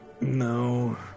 No